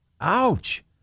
Ouch